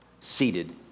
seated